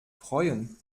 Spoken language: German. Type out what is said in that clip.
freuen